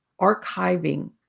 Archiving